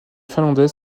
finlandais